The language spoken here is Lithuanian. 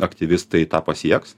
aktyvistai tą pasieks